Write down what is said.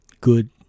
good